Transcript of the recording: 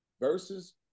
versus